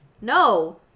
no